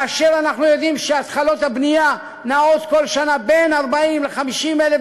ואנחנו יודעים שהתחלות הבנייה נעות כל שנה בין 40,000 ל-50,000,